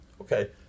Okay